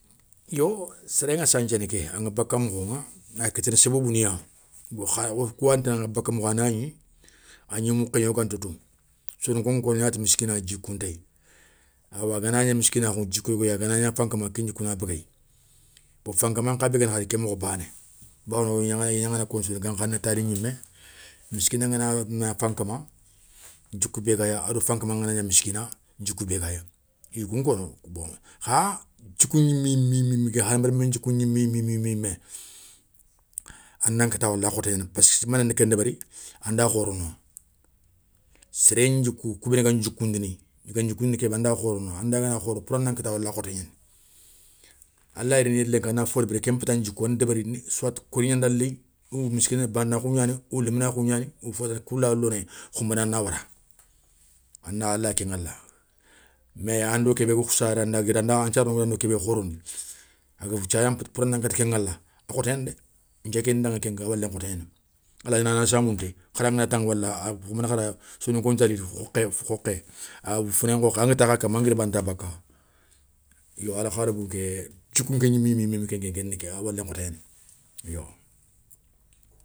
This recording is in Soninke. Yo séréŋa santhiéné kéy aŋa baka mokhoŋa a kiténé sobobou niya bon, kha wonka yatini aŋa baka mokho ana gni, agni moukhé gna woganta tou. Soninko ŋa kono i na ti miskina djikoun téye, awa gana gna miskinakhou djikou yogo yéyi agana gna fankama ken djikou na beugéye, bon fankama nkha bé guéni khadi ké mokho bané, bawoni i ya gnaŋana kono soninka nkhané tali gnimé. Miskina ngana gna fankama djikou bé gayi ado fankaman gana gna miskina, djikou bé gayi, i ya kounkono, bon, kha djikou gnimé gnimé, hadama remou ndjikou gnimé yimé, a nan kata wala a khoté gnani parcek mané nendi ken débéri anda khorona. Séren djikou kou bénou gan djikoundini, i gan djikoundini kébé anda khorona, andagana khoro pourana nan kata wala a khoté gnani. A lay rini yéré lenki a na fo débéri kénpenta ndjikou, anda débéri soit kori gnanda léyi ou miskina banakhou gnani ou léminakhou gnani, ou fotana koulaya lonéyi khounbané a. na wara. A layi ken ŋala, mais an thiarano ngadando kébé khorondi pourra nan kata ken ŋala a khoté gnani dé, nke ke ndaŋa kéŋa a walé nkhoté gnani. Araygnana samounté haran gana taŋa wala khounbané khady soninko ntaly khokhé founé nkhokhé anga takha kama anga guiri bané ta a bakka. Yo alkhalibou nké djikou nké gnimé yimé kén nké ké ni ké ya a walé nkhoté gnani yo.